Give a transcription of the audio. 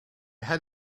had